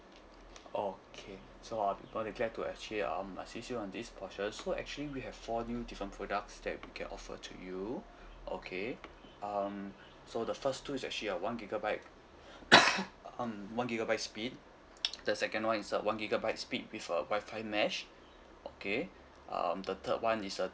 okay so our people they tend to actually um assist you on this for sure so actually we have four new different products that we can offer to you okay um so the first two is actually a one gigabyte um one gigabyte speed the second one is a one gigabyte speed with a Wi-Fi mesh okay um the third one is a